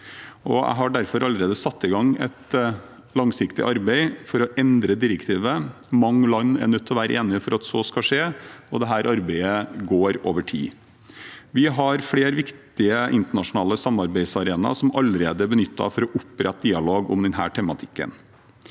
derfor allerede satt i gang et langsiktig arbeid for å endre direktivet. Mange land er nødt til å være enige for at så skal skje, og dette arbeidet går over tid. Vi har flere viktige internasjonale samarbeidsarenaer som allerede er benyttet for å opprette dialog om denne tematikken.